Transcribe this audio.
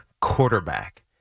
quarterback